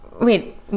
Wait